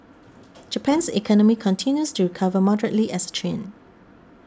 Japan's economy continues to recover moderately as a trend